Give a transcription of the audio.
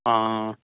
ꯑꯥ